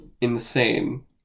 insane